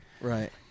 Right